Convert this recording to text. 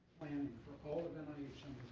planning for all of and